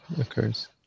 occurs